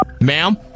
Ma'am